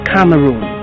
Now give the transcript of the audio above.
Cameroon